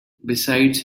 besides